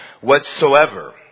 whatsoever